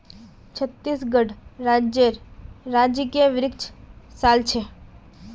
छत्तीसगढ़ राज्येर राजकीय वृक्ष साल छे